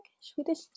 Swedish